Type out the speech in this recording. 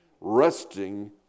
resting